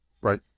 Right